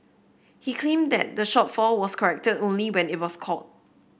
he claimed that the shortfall was corrected only when it was caught